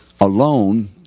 alone